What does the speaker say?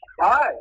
Hi